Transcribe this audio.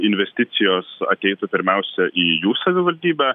investicijos ateitų pirmiausia į jų savivaldybę